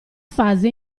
fase